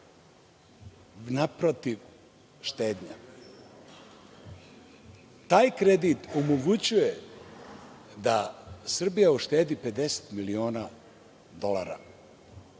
to je štednja. Taj kredit omogućava da Srbija uštedi 50 miliona dolara. Šta